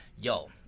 yo